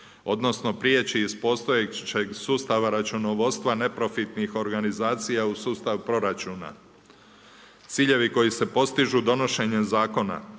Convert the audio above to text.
odnosno prijeći iz postojećeg sustava računovodstva neprofitnih organizacija u sustav proračuna. Ciljevi koji se postižu donošenjem zakona,